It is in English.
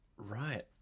Right